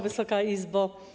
Wysoka Izbo!